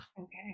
Okay